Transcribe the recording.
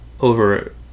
over